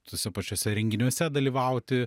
tuose pačiuose renginiuose dalyvauti